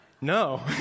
no